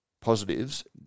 positives